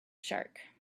shark